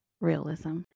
realism